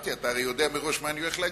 הרי אתה יודע מראש מה אני הולך להגיד,